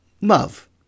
love